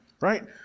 right